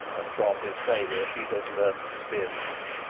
and from his failure she has learnt experience.